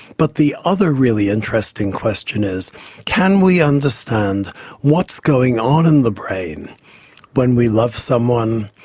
but the other really interesting question is can we understand what's going on in the brain when we love someone,